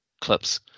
clips